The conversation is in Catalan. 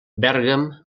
bèrgam